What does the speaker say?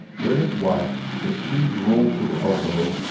where his wife, her sleeves rolled to the elbow,